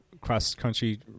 cross-country